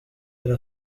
elle